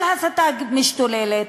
של הסתה משתוללת,